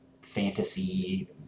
fantasy